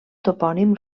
topònim